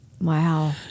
Wow